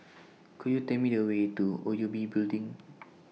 Could YOU Tell Me The Way to O U B Building